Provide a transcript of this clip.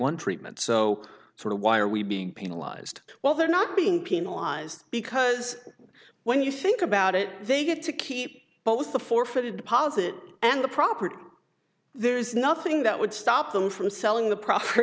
one treatment so so why are we being penalized while they're not being penalized because when you think about it they get to keep both the forfeited deposit and the property there is nothing that would stop them from selling the proper